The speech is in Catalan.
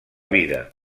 vida